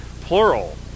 plural